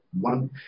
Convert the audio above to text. one